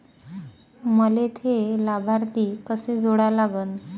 मले थे लाभार्थी कसे जोडा लागन?